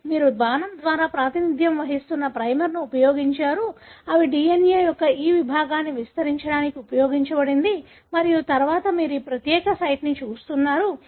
కాబట్టి మీరు బాణం ద్వారా ప్రాతినిధ్యం వహిస్తున్న ప్రైమర్ను ఉపయోగించారు అవి DNA యొక్క ఈ విభాగాన్ని విస్తరించేందుకు ఉపయోగించబడతాయి మరియు తరువాత మీరు ఈ ప్రత్యేక సైట్ను చూస్తున్నారు